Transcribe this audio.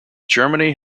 germany